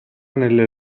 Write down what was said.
nelle